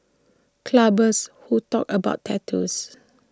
clubbers who talk about tattoos